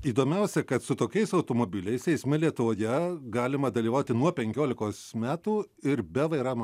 įdomiausia kad su tokiais automobiliais eisme lietuvoje galima dalyvauti nuo penkiolikos metų ir be vairavimo